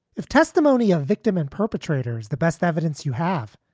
if testimony of victim and perpetrator is the best evidence you have,